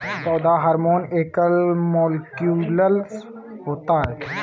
पौधा हार्मोन एकल मौलिक्यूलस होता है